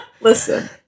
Listen